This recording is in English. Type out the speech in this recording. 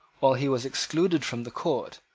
while he was excluded from the court,